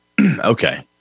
Okay